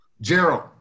Gerald